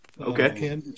Okay